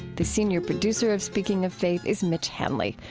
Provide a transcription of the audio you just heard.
the senior producer of speaking of faith is mitch hanley,